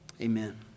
Amen